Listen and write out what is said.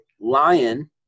lion